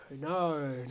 No